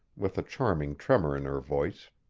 with a charming tremor in her voice.